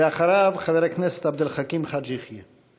אחריו, חבר הכנסת עבד אל חכים חאג' יחיא.